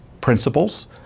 principles